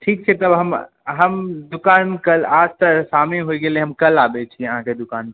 ठीक छै तब हम दोकान काल्हि आज तऽ शामे होइ गेलै हम काल्हि आबैत छी अहाँके दुकानपर